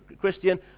Christian